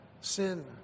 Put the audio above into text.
sin